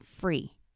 free